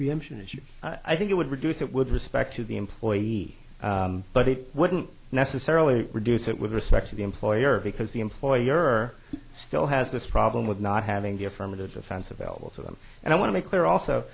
preemption as you i think it would reduce it with respect to the employee but it wouldn't necessarily reduce it with respect to the employer because the employer still has this problem with not having the affirmative defense available to them and i want to make clear also